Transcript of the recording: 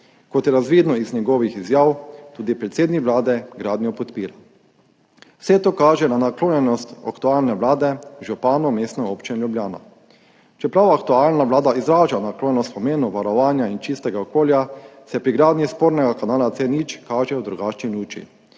Kot je razvidno iz njegovih izjav, tudi predsednik Vlade podpira gradnjo. Vse to kaže na naklonjenost aktualne vlade županu Mestne občine Ljubljana. Čeprav aktualna vlada izraža naklonjenost pomenu varovanja in čistega okolja, se pri gradnji spornega kanala C0 kaže v drugačni luči,